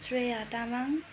Shreya Tamang